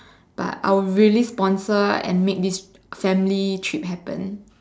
but I would really sponsor and make this family trip happen